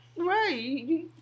right